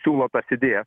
siūlo tas idėjas